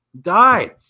Died